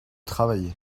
travailler